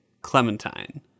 Clementine